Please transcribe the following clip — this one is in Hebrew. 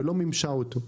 ולא מימשה אותה.